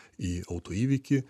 į autoįvykį